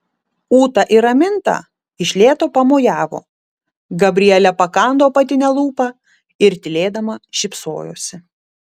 ūta ir raminta iš lėto pamojavo gabrielė pakando apatinę lūpą ir tylėdama šypsojosi